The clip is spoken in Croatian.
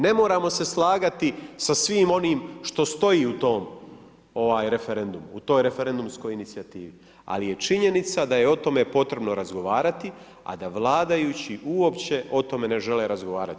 Ne moramo se slagati sa svim onim što stoji u tom referendumu, u toj referendumskoj inicijativi ali je činjenica da je o tome potrebno razgovarati da vladajući uopće o tome ne žele razgovarati.